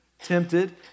tempted